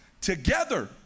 Together